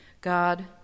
God